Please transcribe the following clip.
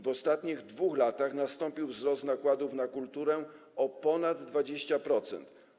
W ostatnich 2 latach nastąpił wzrost nakładów na kulturę o ponad 20%.